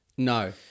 No